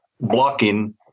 blocking